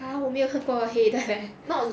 !huh! 我没有看过黑的 leh